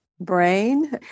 brain